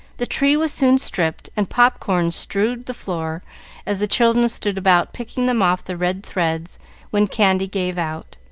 the tree was soon stripped, and pop-corns strewed the floor as the children stood about picking them off the red threads when candy gave out,